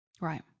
right